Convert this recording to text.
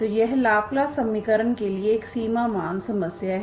तो यह लाप्लास समीकरण के लिए एक सीमा मान समस्या है